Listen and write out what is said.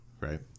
right